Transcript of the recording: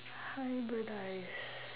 hybridise